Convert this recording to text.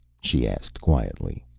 she asked quietly.